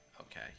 Okay